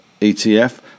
ETF